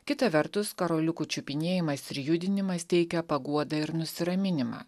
kita vertus karoliukų čiupinėjimas ir judinimas teikia paguodą ir nusiraminimą